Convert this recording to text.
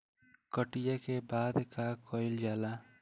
कटिया के बाद का कइल जाला?